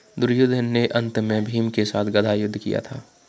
दुर्योधन ने अन्त में भीम के साथ गदा युद्ध किया था